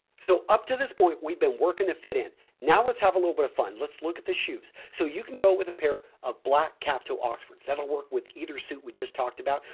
so, up to this point we've been working to fit in. now, let's have a little bit of fun, let's look at the shoes. so, you can go with a pair of black cap toe oxford. that will work with either suit we just talked about.